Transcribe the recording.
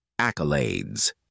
accolades